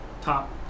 top